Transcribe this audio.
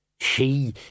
She